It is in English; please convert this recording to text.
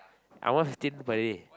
I want fifteen per day